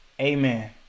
Amen